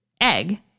egg